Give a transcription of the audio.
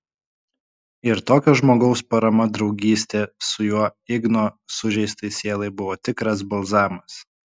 ir tokio žmogaus parama draugystė su juo igno sužeistai sielai buvo tikras balzamas